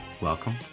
welcome